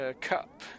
cup